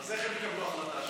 אז איך הם יקבלו שם החלטה?